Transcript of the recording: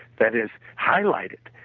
that is highlighted,